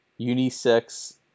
unisex